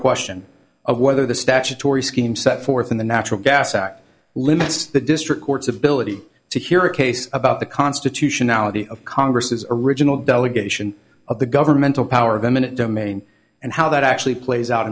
question of whether the statutory scheme set forth in the natural gas act limits the district court's ability to hear a case about the constitutionality of congress's original delegation of the governmental power of eminent domain and how that actually plays out